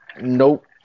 Nope